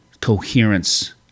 coherence